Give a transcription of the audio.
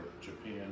Japan